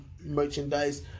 merchandise